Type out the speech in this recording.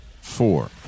four